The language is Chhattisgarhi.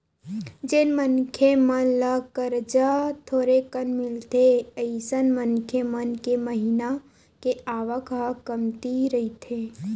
जेन मनखे मन ल करजा थोरेकन मिलथे अइसन मनखे मन के महिना के आवक ह कमती रहिथे